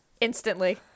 instantly